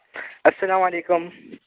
السلام علیکم